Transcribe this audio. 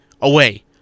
away